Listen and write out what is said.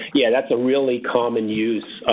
yeah that's a really common use.